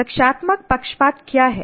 रक्षात्मक पक्षपात क्या है